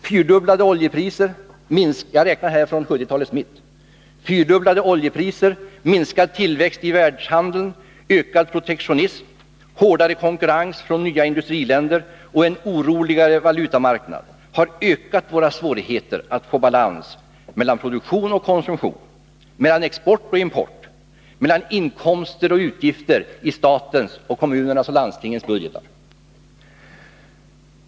Fyrdubblade oljepriser — jag räknar här från 1970-talets mitt —, minskad tillväxt i världshandeln, ökad protektionism, hårdare konkurrens från nya industriländer och en oroligare valutamarknad har ökat våra svårigheter att få balans mellan produktion och konsumtion, mellan export och import och mellan inkomster och utgifter i statens, kommunernas och landstingens budgetar.